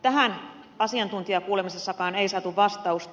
tähän asiantuntijakuulemisessakaan ei saatu vastausta